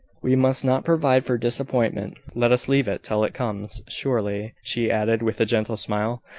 we must not provide for disappointment. let us leave it till it comes. surely, she added, with a gentle smile,